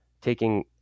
taking